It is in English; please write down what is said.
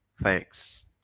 thanks